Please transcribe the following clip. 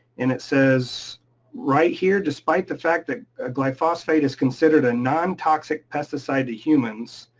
and it says right here, despite the fact that ah glyphosate is considered a non toxic pesticide to humans,